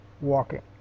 walking